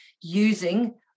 using